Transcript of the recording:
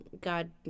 God